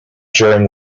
during